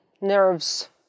nerves